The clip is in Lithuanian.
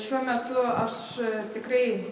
šiuo metu aš tikrai